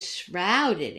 shrouded